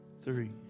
three